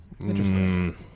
Interesting